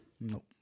Nope